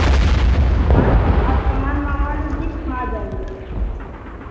हाँ आप सामान मँगवा लीजिए हम आ जाएंगे